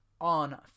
on